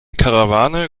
karawane